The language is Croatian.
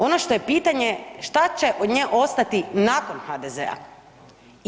Ono što je pitanje, šta će od nje ostati nakon HDZ-a?